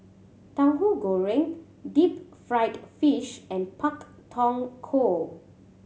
Tahu Goreng deep fried fish and Pak Thong Ko